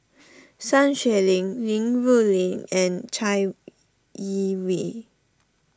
Sun Xueling Li Rulin and Chai Yee Wei